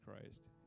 Christ